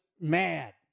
mad